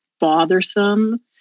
bothersome